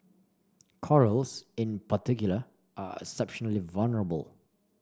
corals in particular are exceptionally vulnerable